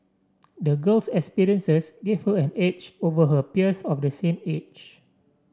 the girl's experiences gave her an edge over her peers of the same age